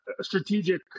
strategic